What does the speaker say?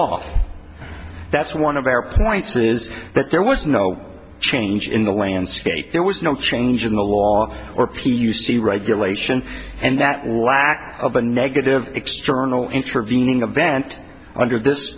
off that's one of our points is that there was no change in the landscape there was no change in the law or p u c regulation and that whack of a negative external intervening event under this